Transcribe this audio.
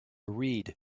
read